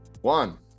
one